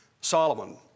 Solomon